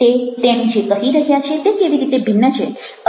તેતેણી જે કહી રહ્યા છે તે કેવી રીતે ભિન્ન છે